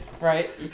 right